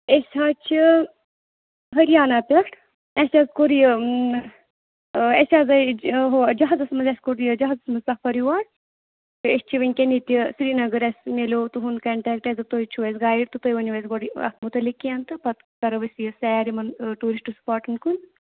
أسۍ حظ چھِ ہریانہ پٮ۪ٹھ اَسہِ حظ کوٚر یہِ أسۍ حظ آے ہُہ جَہازَس منٛز اَسہِ کوٚڑ یہِ جَہازَس منٛز سفر یور تہٕ أسۍ چھِ وٕنکٮ۪ن ییٚتہِ سرینگر اَسہِ ملیو تُہُنٛد کَنٹیکٹ تُہۍ چھُ اَسہِ گایڈ تہٕ تُہۍ ؤنِو اَسہِ یہِ گۄڈٕ اَتھ مُتعلق کینٛہہ تہٕ پَتہٕ کَرَو أسۍ یہِ سیر یِمَن ٹوٗرِسٹ سپاٹَن کُن